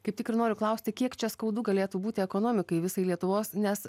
kaip tik ir noriu klausti kiek čia skaudu galėtų būti ekonomikai visai lietuvos nes